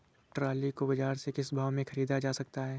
Trolley को बाजार से किस भाव में ख़रीदा जा सकता है?